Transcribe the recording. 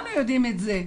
כולנו יודעים את זה.